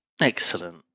Excellent